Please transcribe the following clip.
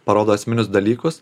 parodo esminius dalykus